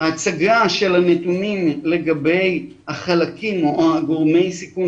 ההצגה של הנתונים לגבי החלקים או גורמי הסיכון